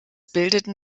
bildeten